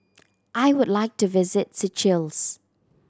I would like to visit Seychelles